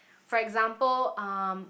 for example um